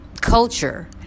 Culture